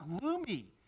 gloomy